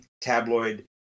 tabloid